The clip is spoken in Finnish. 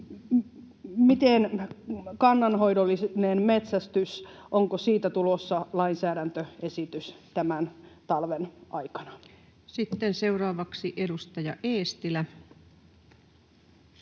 miten kannanhoidollinen metsästys, onko siitä tulossa lainsäädäntöesitys tämän talven aikana? [Speech 179] Speaker: